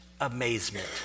Amazement